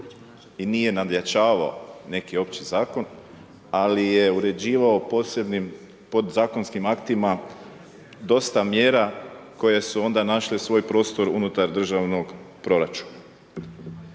i nije nadjačavao neki opći zakon, ali je uređivao posebnim podzakonskim aktima dosta mjera koje su onda našle svoj prostor unutar državnog proračuna.